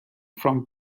from